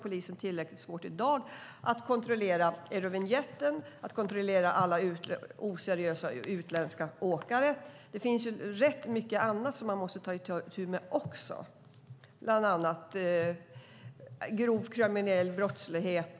Polisen har tillräckligt svårt i dag att kontrollera eurovinjetten och alla oseriösa utländska åkare. Det finns mycket annat som man måste ta itu med, bland annat grov brottslighet.